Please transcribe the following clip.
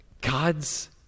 God's